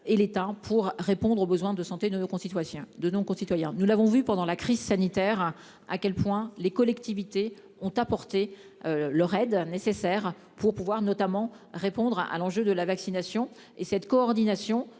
Et temps pour répondre aux besoins de santé de nos concitoyens de nos concitoyens, nous l'avons vu pendant la crise sanitaire à quel point les collectivités ont apporté. Leur aide nécessaire pour pouvoir notamment répondre à l'enjeu de la vaccination et cette coordination.